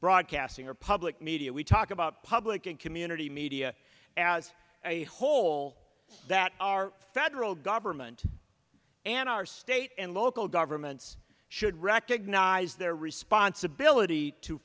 broadcasting or public media we talk about public and community media as a whole that our federal government and our state and local governments should recognize their responsibility to